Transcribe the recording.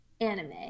anime